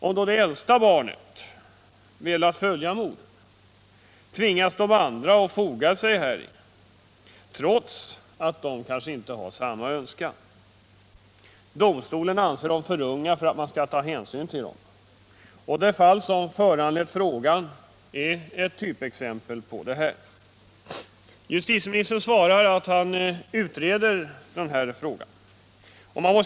Om det äldsta barnet velat följa modern tvingas de andra barnen att foga sig häri, trots att de kanske inte har samma önskan. Domstolen anser dem vara för unga för att man skall kunna ta hänsyn till dem. Det fall som föranlett frågan är ett typexempel på detta. Justitieministern svarar att man utreder frågan om barns rättsliga ställning.